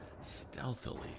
stealthily